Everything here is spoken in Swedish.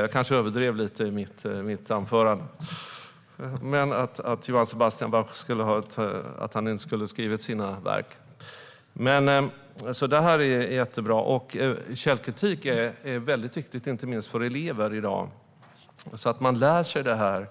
Jag kanske överdrev lite grann i mitt anförande med att Johann Sebastian Bach inte skulle ha skrivit sina verk. Detta är alltså jättebra. Källkritik är mycket viktigt, inte minst för elever i dag, så att man lär sig det.